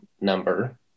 number